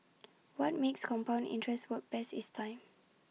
what makes compound interest work best is time